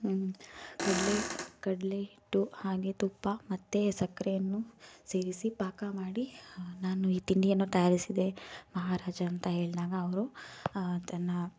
ಅಲ್ಲಿ ಕಡಲೇ ಹಿಟ್ಟು ಹಾಗೆ ತುಪ್ಪ ಮತ್ತು ಸಕ್ಕರೆಯನ್ನು ಸೇರಿಸಿ ಪಾಕ ಮಾಡಿ ನಾನು ಈ ತಿಂಡಿಯನ್ನು ತಯಾರಿಸಿದೆ ಮಹಾರಾಜ ಅಂತ ಹೇಳಿದಾಗ ಅವರು ತನ್ನ